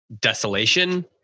desolation